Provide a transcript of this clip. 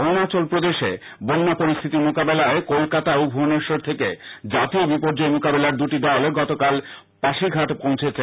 অরুণাচল প্রদেশে বন্যা পরিস্হিতি মোকাবিলায় কলকাতা ও ভুবনেশ্বর থেকে জাতীয় বিপর্যয় মোকাবিলার দুটি দল গতকাল পাসীঘাট পৌঁছেছে